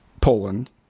Poland